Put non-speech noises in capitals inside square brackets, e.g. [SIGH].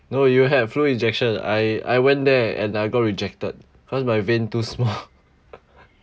no you had flu injection I I went there and I got rejected cause my vein too small [LAUGHS]